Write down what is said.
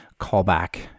callback